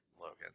Logan